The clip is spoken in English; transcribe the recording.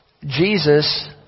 Jesus